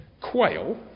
quail